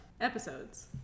episodes